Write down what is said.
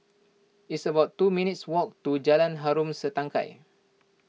it's about two minutes' walk to Jalan Harom Setangkai